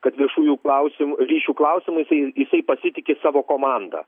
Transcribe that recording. kad viešųjų klausim ryšių klausimais jisai jisai pasitiki savo komanda